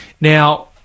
Now